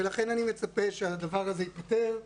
ולכן אני מצפה שהדבר הזה ייפתר,